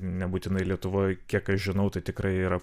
nebūtinai lietuvoj kiek aš žinau tai tikrai yra